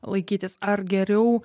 laikytis ar geriau